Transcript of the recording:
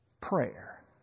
prayer